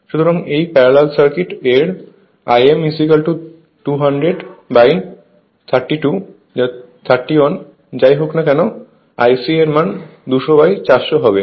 সুতরাং এই parallel circuit এর Im 20032 31 যাই হোক না কেন Ic এর মান 200400 হবে